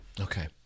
okay